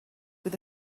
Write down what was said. with